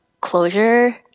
closure